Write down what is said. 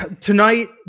tonight